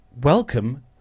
Welcome